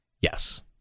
Yes